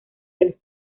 del